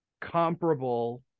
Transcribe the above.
comparable